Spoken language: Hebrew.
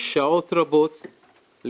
שעות רבות,